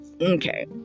okay